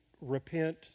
repent